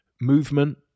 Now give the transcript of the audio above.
movement